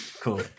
Cool